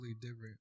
different